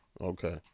Okay